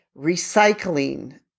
recycling